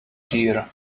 deer